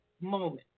moment